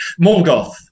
Morgoth